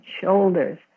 shoulders